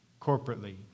corporately